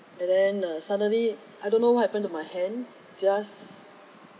and then uh suddenly I don't know what happened to my hand just